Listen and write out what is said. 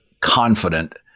confident